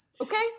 okay